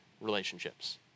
relationships